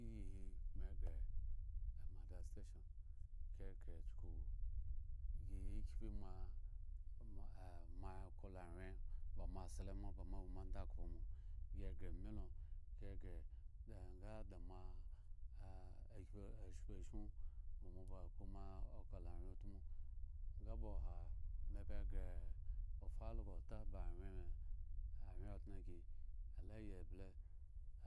Iyi hi me ghre amada station gi ghre chuku gi yi kypi moa mo ah moa kolawyen ba mo slemo ba mo awo ndakhpio mo gi ghre amilo gi ghre kahe nga da moa ah akyupu asko ashmu ba mo ba akpo moa ako lawyentmu nga obaha meba ghre ofalgo ta ba wyen me awyen odŋe gi la yi eblea